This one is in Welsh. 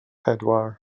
pedwar